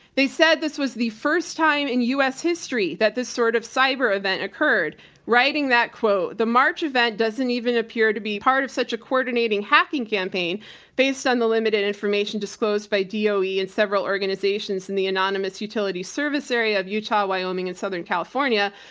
they said this was the first time in u. s. history that this sort of cyber event occurred writing that, the march event doesn't even appear to be part of such a coordinating hacking campaign based on the limited information disclosed by doe and several organizations in the anonymous utility service area of utah, wyoming and southern california.